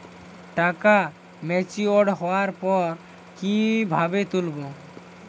টাকা ম্যাচিওর্ড হওয়ার পর কিভাবে তুলব?